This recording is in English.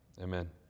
Amen